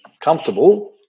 comfortable